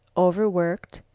over-worked,